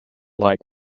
like